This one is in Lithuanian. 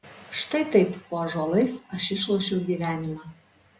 štai taip po ąžuolais aš išlošiau gyvenimą